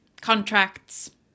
contracts